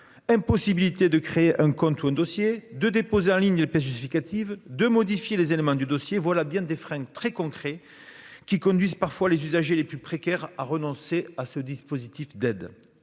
Impossibilité de créer un compte ou un dossier, de déposer en ligne des pièces justificatives, de modifier les éléments du dossier, voilà bien des freins très concrets, qui conduisent parfois les usagers les plus précaires à renoncer. Près de